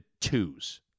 twos